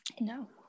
no